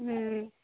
हूँ